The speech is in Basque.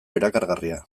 erakargarria